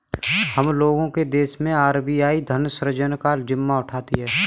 हम लोग के देश मैं आर.बी.आई धन सृजन का जिम्मा उठाती है